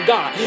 God